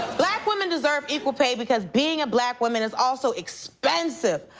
black women deserve equal pay because being a black woman is also expensive.